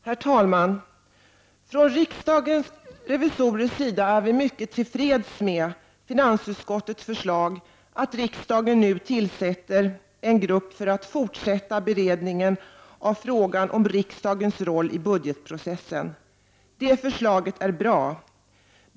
Herr talman! Från riksdagens revisorers sida är vi mycket tillfredsställda med finansutskottets förslag att riksdagen tillsätter en grupp för att fortsätta beredningen av frågan om riksdagens roll i budgetprocessen. Det förslaget är bra.